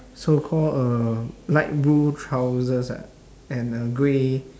so call uh light blue trousers ah and a grey